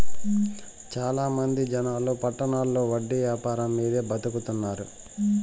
చాలా మంది జనాలు పట్టణాల్లో వడ్డీ యాపారం మీదే బతుకుతున్నారు